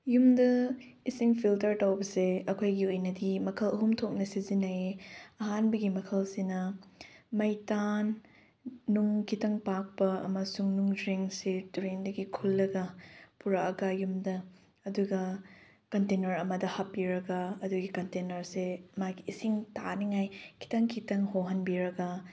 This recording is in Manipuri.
ꯌꯨꯝꯗ ꯏꯁꯤꯡ ꯐꯤꯜꯇꯔ ꯇꯧꯕꯁꯦ ꯑꯩꯈꯣꯏꯒꯤ ꯑꯣꯏꯅꯗꯤ ꯃꯈꯜ ꯑꯍꯨꯝ ꯊꯣꯛꯅ ꯁꯤꯖꯤꯟꯅꯩꯌꯦ ꯑꯍꯥꯟꯕꯒꯤ ꯃꯈꯜꯁꯤꯅ ꯃꯩꯇꯥꯟ ꯅꯨꯡ ꯈꯤꯇꯪ ꯄꯥꯛꯄ ꯑꯃꯁꯨꯡ ꯅꯨꯡꯖ꯭ꯔꯦꯡꯁꯦ ꯇꯨꯔꯦꯟꯗꯒꯤ ꯈꯨꯜꯂꯒ ꯄꯨꯔꯛꯑꯒ ꯌꯨꯝꯗ ꯑꯗꯨꯒ ꯀꯟꯇꯦꯅꯔ ꯑꯃꯗ ꯍꯥꯞꯄꯤꯔꯒ ꯑꯗꯨꯒꯤ ꯀꯟꯇꯦꯅꯔꯁꯦ ꯃꯥꯒꯤ ꯏꯁꯤꯡ ꯇꯥꯅꯤꯉꯥꯏ ꯈꯤꯇꯪ ꯈꯤꯇꯪ ꯍꯣꯍꯟꯕꯤꯔꯒ